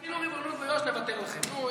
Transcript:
תחילו ריבונות ביו"ש ונוותר לכם.